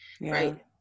Right